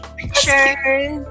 pictures